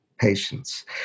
patience